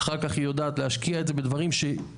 אחר כך היא יודעת להשקיע את זה בדברים שהיא